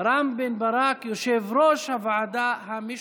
רם בן ברק, יושב-ראש הוועדה המשותפת.